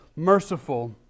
merciful